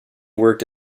worked